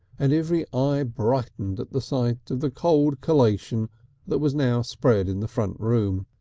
and every eye brightened at the sight of the cold collation that was now spread in the front room.